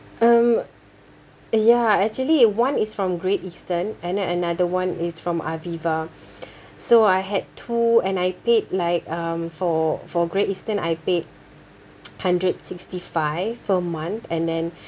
um ya actually one is from great eastern and then another one is from aviva so I had two and I paid like um for for great eastern I paid hundred sixty five per month and then